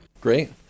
Great